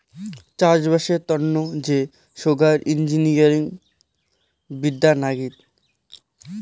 চাষবাসের তন্ন যে সোগায় ইঞ্জিনিয়ারিং বিদ্যা নাগি